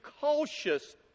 cautious